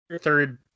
Third